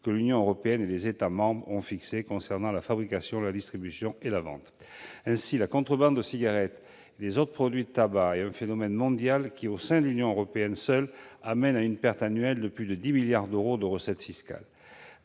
que l'Union européenne et les États membres ont fixées quant à la fabrication, à la distribution et à la vente. Ainsi, la contrebande de cigarettes et des autres produits du tabac est un phénomène mondial, qui, au sein de la seule Union européenne, inflige une perte annuelle de plus de 10 milliards d'euros de recettes fiscales.